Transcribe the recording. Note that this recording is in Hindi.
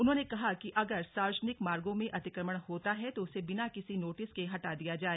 उन्होंने कहा कि अगर सार्वजनिक मार्गो में अतिक्रमण होता है तो उसे बिना किसी नोटिस के हटा दिया जाए